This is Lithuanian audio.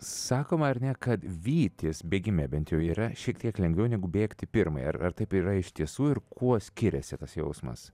sakoma ar ne kad vytis bėgime bent jų yra šiek tiek lengviau negu bėgti pirmai ar ar taip ir yra iš tiesų ir kuo skiriasi tas jausmas